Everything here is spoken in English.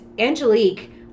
Angelique